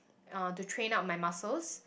uh to train up my muscles